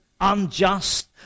unjust